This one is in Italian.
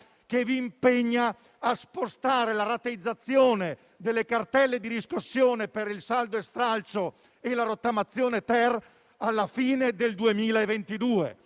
che vi impegna a spostare la rateizzazione delle cartelle di riscossione per il saldo e stralcio e la rottamazione-*ter* alla fine del 2022.